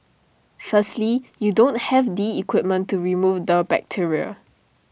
firstly you don't have the equipment to remove the bacteria